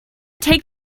take